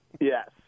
Yes